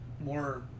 more